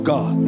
God